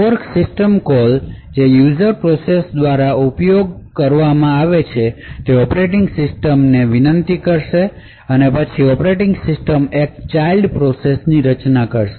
fork system call જે user process દ્વારા ઉપયોગ કરવામાં આવે છે તે ઓપરેટિંગ સિસ્ટમ ને વિનંતી કરશે અને પછી ઓપરેટિંગ સિસ્ટમ એક ચાઇલ્ડ પ્રોસેસની રચના કરશે